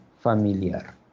familiar